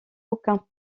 aucun